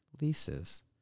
leases